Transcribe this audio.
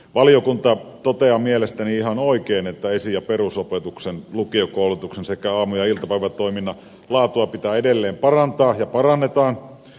valiokunta toteaa mielestäni ihan oikein että esi ja perusopetuksen lukiokoulutuksen sekä aamu ja iltapäivätoiminnan laatua pitää edelleen parantaa ja parannetaan